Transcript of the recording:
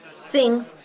sing